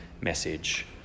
message